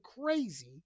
crazy